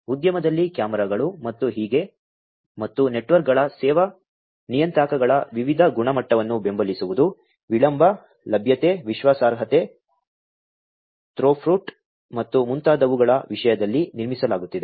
ಉದ್ಯಮದಲ್ಲಿ ಕ್ಯಾಮೆರಾಗಳು ಮತ್ತು ಹೀಗೆ ಮತ್ತು ನೆಟ್ವರ್ಕ್ಗಳ ಸೇವಾ ನಿಯತಾಂಕಗಳ ವಿವಿಧ ಗುಣಮಟ್ಟವನ್ನು ಬೆಂಬಲಿಸುವುದು ವಿಳಂಬ ಲಭ್ಯತೆ ವಿಶ್ವಾಸಾರ್ಹತೆ ಥ್ರೋಪುಟ್ ಮತ್ತು ಮುಂತಾದವುಗಳ ವಿಷಯದಲ್ಲಿ ನಿರ್ಮಿಸಲಾಗುತ್ತಿದೆ